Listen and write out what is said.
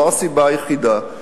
לא הסיבה היחידה,